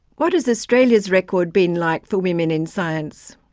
what has australia's record been like for women in science?